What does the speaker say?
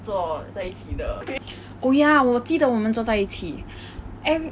oh ya 我记得我们坐在一起